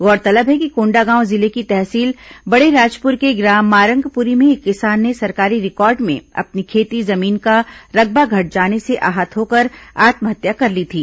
गौरतलब है कि कोंडागांव जिले की तहसील बड़ेराजपुर के ग्राम मारंगपुरी में एक किसान ने सरकारी रिकॉर्ड में अपनी खेती जमीन का रकबा घट जाने से आहत होकर आत्महत्या कर ली थी